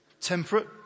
temperate